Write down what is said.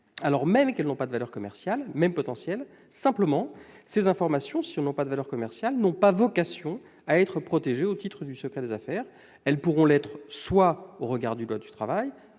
alors qu'elles n'ont pas de valeur commerciale, même potentielle ; simplement, si ces informations n'ont pas de valeur commerciale, elles n'ont pas vocation à être protégées au titre du secret des affaires. Elles pourront l'être au regard du code du travail,